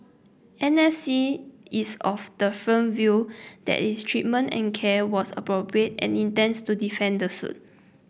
N S C is of the firm view that its treatment and care was appropriate and intends to defend the suit